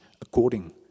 according